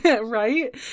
right